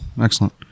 excellent